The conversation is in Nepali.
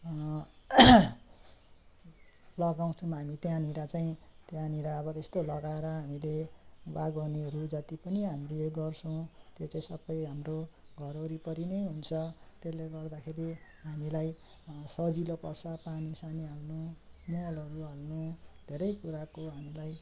लगाउँछौँ हामी त्यहाँनिर चाहिँ त्यहाँनिर अब त्यस्तो लगाएर हामीले बागवानीहरू जति पनि हामीले गर्छौँ त्यो चाहिँ सबै हाम्रो घर वरिपरि नै हुन्छ त्यसले गर्दाखेरि हामीलाई सजिलो पर्छ पानीसानी हाल्नु मलहरू हाल्नु धेरै कुराको हामीलाई